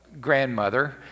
grandmother